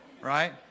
right